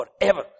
forever